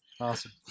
awesome